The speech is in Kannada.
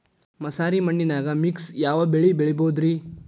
ಮಸಾರಿ ಮಣ್ಣನ್ಯಾಗ ಮಿಕ್ಸ್ ಯಾವ ಬೆಳಿ ಬೆಳಿಬೊದ್ರೇ?